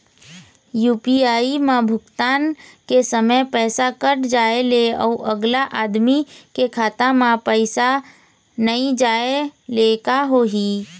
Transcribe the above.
UPI म भुगतान के समय पैसा कट जाय ले, अउ अगला आदमी के खाता म पैसा नई जाय ले का होही?